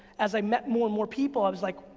as i met more and more people, i was like,